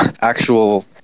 actual